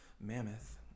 mammoth